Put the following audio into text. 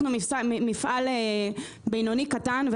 אנחנו מפעל בינוני קטן,